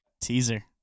Teaser